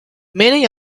many